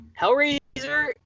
Hellraiser